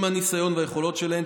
עם הניסיון והיכולות שלהן,